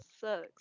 sucks